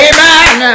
Amen